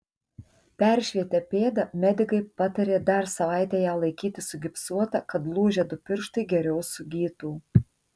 peršvietę pėdą medikai patarė dar savaitę ją laikyti sugipsuotą kad lūžę du pirštai geriau sugytų